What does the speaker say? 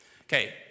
Okay